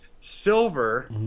silver